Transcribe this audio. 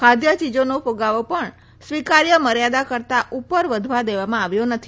ખાદ્ય ચીજોનો કૃગાવો પણ સ્વીકાર્ય મર્યાદા કરતાં ઉપર વધવા દેવામાં આવ્યો નથી